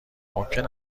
ممکن